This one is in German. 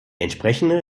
entsprechende